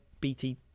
BT